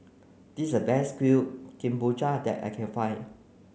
this is a best Kuih Kemboja that I can find